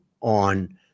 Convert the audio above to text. on